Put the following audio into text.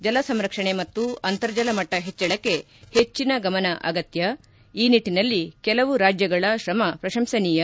ಜಲಸಂರಕ್ಷಣೆ ಮತ್ತು ಅಂತರ್ಜಲ ಮಟ್ಟ ಹೆಚ್ಚಳಕ್ಕೆ ಹೆಚ್ಚಿನ ಗಮನ ಅಗತ್ತ್ ಈ ನಿಟ್ಟನಲ್ಲಿ ಕೆಲವು ರಾಜ್ಯಗಳ ಶ್ರಮ ಪ್ರಶಂಸನೀಯ